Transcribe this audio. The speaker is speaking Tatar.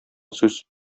сүз